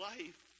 Life